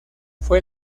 fue